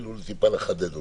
ואפילו טיפה לחדד אותה.